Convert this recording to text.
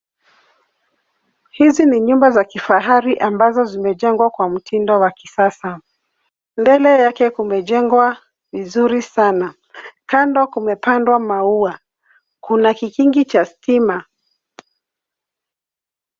Hizi ni nyumba za kifahari ambazo zimejengwa kwa mtindo wa kisasa mbele yake kumejengwa vizuri sana kando kumepandwa maua kuna kikingi cha stima